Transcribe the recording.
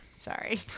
Sorry